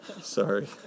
Sorry